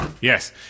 Yes